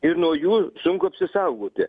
ir nuo jų sunku apsisaugoti